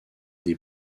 des